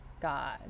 God